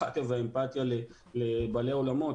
הסימפטיה והאמפתיה לבעלי האולמות,